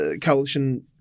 coalition